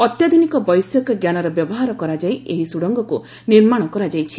ଅତ୍ୟାଧୁନିକ ବୈଷୟିକଞ୍ଜାନର ବ୍ୟବହାର କରାଯାଇ ଏହି ସୁଡ଼ଙ୍ଗକୁ ନିର୍ମାଣ କରାଯାଇଛି